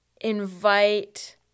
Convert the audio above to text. invite